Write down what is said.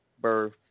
birth